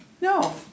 No